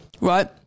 right